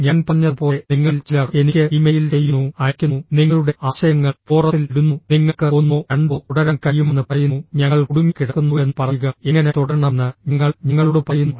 ഞാൻ പറഞ്ഞതുപോലെ നിങ്ങളിൽ ചിലർ എനിക്ക് ഇമെയിൽ ചെയ്യുന്നു അയയ്ക്കുന്നു നിങ്ങളുടെ ആശയങ്ങൾ ഫോറത്തിൽ ഇടുന്നു നിങ്ങൾക്ക് ഒന്നോ രണ്ടോ തുടരാൻ കഴിയുമെന്ന് പറയുന്നു ഞങ്ങൾ കുടുങ്ങിക്കിടക്കുന്നുവെന്ന് പറയുക എങ്ങനെ തുടരണമെന്ന് ഞങ്ങൾ ഞങ്ങളോട് പറയുന്നു